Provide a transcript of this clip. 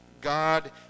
God